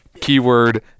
keyword